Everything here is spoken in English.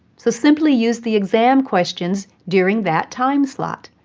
so simply use the exam questions during that time slot.